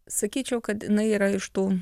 sakyčiau kad jinai yra iš tų